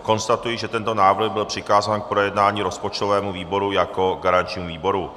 Konstatuji, že tento návrh byl přikázán k projednání rozpočtovému výboru jako garančnímu výboru.